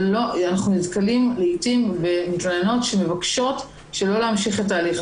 ואנחנו נתקלים לעיתים במתלוננות שמבקשות שלא להמשיך את ההליך.